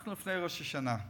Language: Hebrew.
אנחנו לפני ראש השנה.